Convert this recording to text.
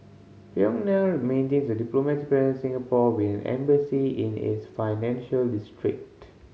Pyongyang maintains a diplomatic presence Singapore with an embassy in its financial district